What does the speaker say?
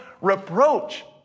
reproach